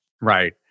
Right